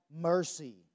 mercy